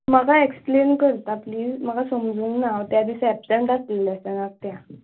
म्हाका एक्सप्लेन करता प्लीज म्हाका समजूंगना हांव त्या दिसा एबसेंट आशिल्लें लॅक्चराक त्या